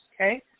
Okay